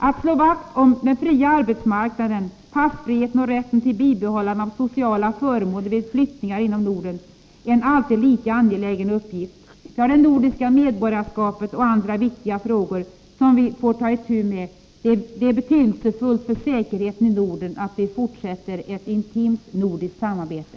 Att slå vakt om den fria arbetsmarknaden, passfriheten och rätten till bibehållande av sociala förmåner vid flyttningar inom Norden är alltid en lika angelägen uppgift. Vi får ta itu med frågan om det nordiska medborgarskapet och andra viktiga frågor. Det är betydelsefullt för säkerheten i Norden att vi fortsätter med ett intimt samarbete.